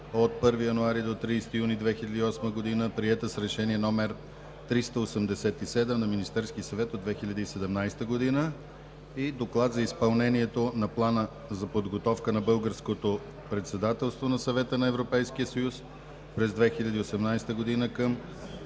от 1 януари до 30 юни 2018 г., приета с Решение № 387 на Министерския съвет от 2017 г., и Доклад за изпълнението на Плана за подготовка на българското председателство на Съвета на Европейския съюз през 2018 г., към